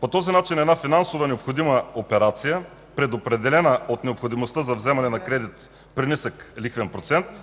По този начин една финансово необходима операция, предопределена от необходимостта за вземане на кредит при нисък лихвен процент,